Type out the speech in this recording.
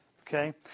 Okay